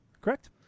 Correct